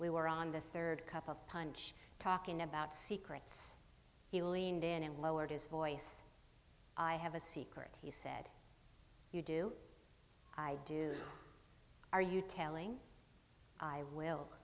we were on the third cup of punch talking about secrets he leaned in and lowered his voice i have a secret he said you do i do are you telling i will